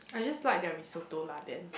I just like their risotto lah then